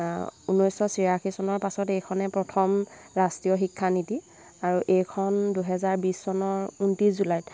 ঊনৈছশ ছয়াশী চনৰ পাছত এইখনে প্ৰথম ৰাষ্ট্ৰীয় শিক্ষানীতি আৰু এইখন দুহেজাৰ বিছ চনৰ ঊনত্ৰিছ জুলাইত